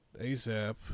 ASAP